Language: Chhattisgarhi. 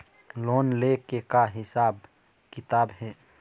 लोन ले के का हिसाब किताब हे?